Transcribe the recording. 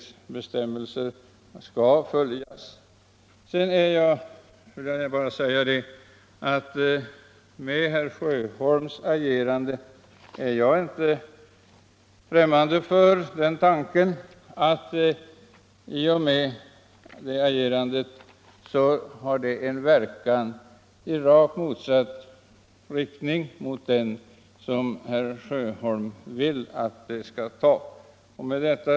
Slutligen vill jag säga att jag inte är främmande för tanken att herr Sjöholms agerande har en rakt motsatt verkan mot vad herr Sjöholm vill att det skall ha. Herr talman!